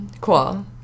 cool